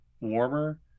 warmer